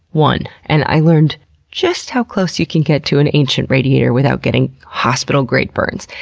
one. and i learned just how close you can get to an ancient radiator without getting hospital-grade burns.